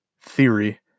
theory